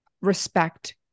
respect